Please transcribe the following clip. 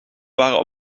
waren